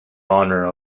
honour